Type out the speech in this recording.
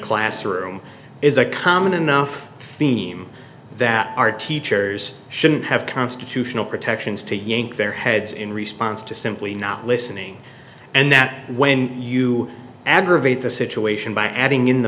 classroom is a common enough theme that our teachers shouldn't have constitutional protections to yank their heads in response to simply not listening and that when you aggravate the situation by adding in the